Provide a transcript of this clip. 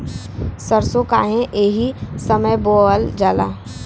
सरसो काहे एही समय बोवल जाला?